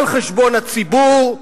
על חשבון הציבור,